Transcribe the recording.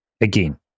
Again